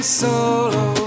solo